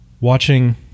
watching